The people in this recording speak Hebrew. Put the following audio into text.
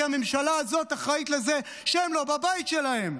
כי הממשלה הזאת אחראית לזה שהם לא בבית שלהם,